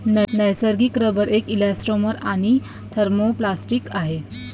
नैसर्गिक रबर एक इलॅस्टोमर आणि थर्मोप्लास्टिक आहे